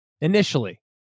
initially